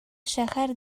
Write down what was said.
шәһәр